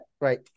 Right